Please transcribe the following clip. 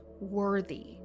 worthy